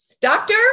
Doctor